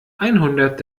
einhundert